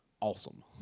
awesome